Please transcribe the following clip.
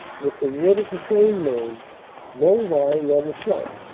with the wood of the same name low-lying on the scheidt.